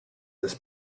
this